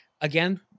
Again